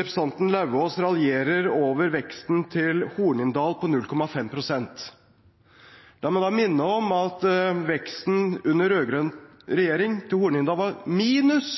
representanten Lauvås raljerer over veksten til Hornindal på 0,5 pst. Jeg må da minne om at veksten under rød-grønn regjering til Hornindal var minus